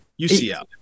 UCL